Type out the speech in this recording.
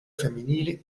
femminili